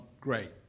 great